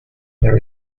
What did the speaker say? there